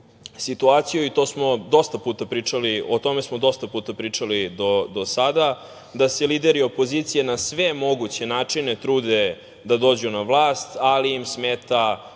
imamo situaciju i o tome smo dosta puta pričali do sada da se lideri opozicije na sve moguće načine trude da dođu na vlast, ali im smeta